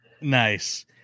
Nice